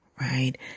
right